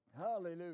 hallelujah